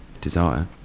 desire